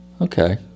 Okay